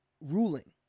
ruling